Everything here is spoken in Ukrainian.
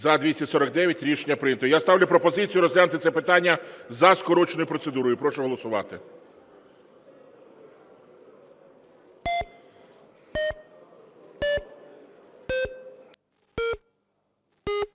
За-249 Рішення прийнято. Я ставлю пропозицію розглянути це питання за скороченою процедурою. Прошу голосувати.